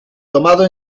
tomado